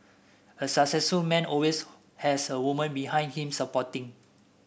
a successful man always has a woman behind him supporting